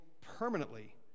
permanently